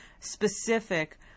specific